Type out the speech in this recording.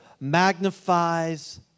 magnifies